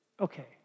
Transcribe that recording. okay